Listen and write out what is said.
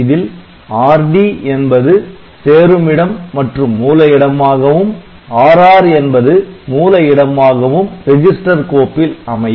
இதில் Rd என்பது சேருமிடம் மற்றும் மூல இடமாகவும் Rr என்பது மூல இடமாகவும் ரெஜிஸ்டர் கோப்பில் அமையும்